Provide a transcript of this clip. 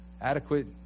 adequate